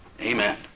Amen